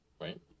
Right